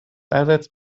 allseits